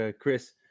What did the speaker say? Chris